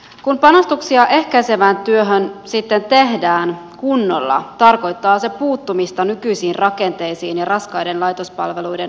kun panostuksia ehkäisevään työhön sitten tehdään kunnolla tarkoittaa se puuttumista nykyisiin rakenteisiin ja raskaiden laitospalveluiden asteittaista purkua